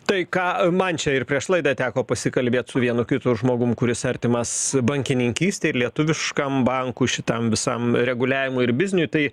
tai ką man čia ir prieš laidą teko pasikalbėt su vienu kitu žmogum kuris artimas bankininkystei ir lietuviškam bankui šitam visam reguliavimui ir bizniui tai